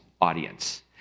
audience